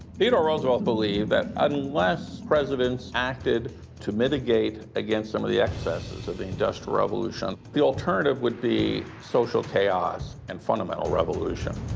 theodore roosevelt believed that unless presidents acted to mitigate against some of the excesses of the industrial revolution, the alternative would be social chaos and fundamental revolution.